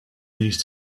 these